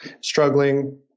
struggling